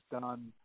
done